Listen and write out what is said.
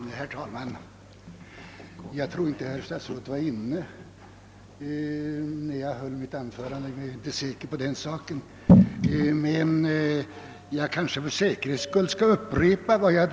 Herr talman! Herr statsrådet kanske inte var inne i kammaren när jag höll mitt förra anförande, och därför skall jag för säkerhets skull upprepa mina ord.